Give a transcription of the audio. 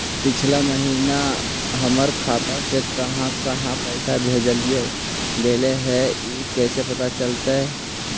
पिछला महिना हमर खाता से काहां काहां पैसा भेजल गेले हे इ कैसे पता चलतै?